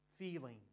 feeling